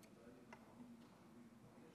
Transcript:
אני חושב שכל הדברים הם ודאי נכונים וחשובים.